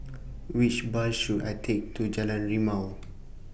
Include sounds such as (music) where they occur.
Which Bus should I Take to Jalan Rimau (noise)